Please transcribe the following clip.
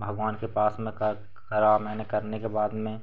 भगवान के पास में कर करा करने के बाद में